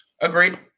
Agreed